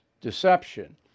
deception